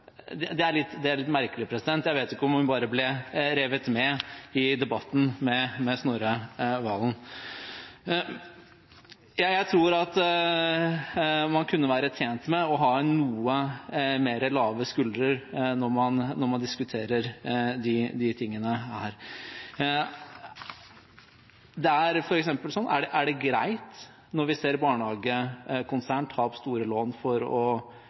er litt merkelig. Jeg vet ikke om hun bare ble revet med i debatten med Snorre Serigstad Valen. Jeg tror at man kunne være tjent med å ha noe lavere skuldre når man diskuterer disse tingene, f.eks.: Er det greit når vi ser barnehagekonsern ta opp store lån for å